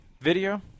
Video